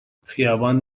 خیابان